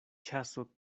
ĉaso